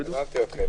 לגבי סגירה של האזור,